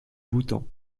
bhoutan